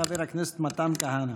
חבר הכנסת מתן כהנא.